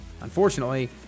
unfortunately